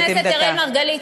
חבר הכנסת אראל מרגלית,